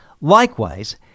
Likewise